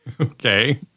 Okay